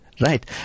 right